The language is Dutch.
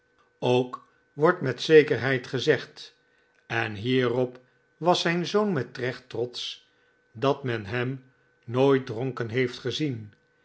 ook wordt met zekerheid gezegd en hierop was zyn zoon met recht trotsch dat men hem nooit dronken heeft gezien